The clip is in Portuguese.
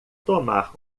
tomar